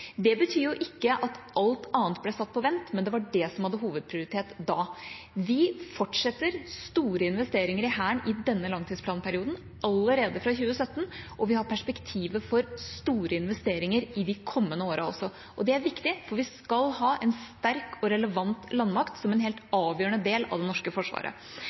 Det betyr jo ikke at alt annet ble satt på vent, men det var det som var hovedprioritet da. Vi fortsetter store investeringer i Hæren i denne langtidsplanperioden, allerede fra 2017, og vi har perspektiver for store investeringer i de kommende årene også. Det er viktig, for vi skal ha en sterk og relevant landmakt som en helt avgjørende del av det norske forsvaret.